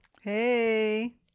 Hey